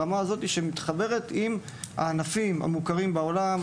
ברמה שמתחברת עם הענפים המוכרים בעולם,